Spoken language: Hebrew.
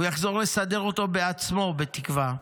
הוא יחזור לסדר אותו בעצמו, בתקווה,